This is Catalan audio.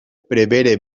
prevere